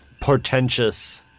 portentous